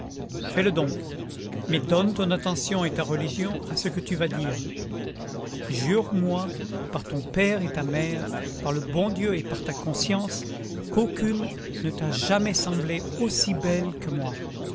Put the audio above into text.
fais-le donc mais donne ton attention et ta religion à ce que tu vas dire jure-moi par ton père et ta mère par le bon dieu et par ta conscience qu'aucune ne t'a jamais semblé aussi belle que moi